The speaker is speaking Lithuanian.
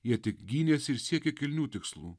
jie tik gynėsi ir siekė kilnių tikslų